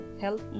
help